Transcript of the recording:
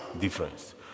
difference